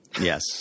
Yes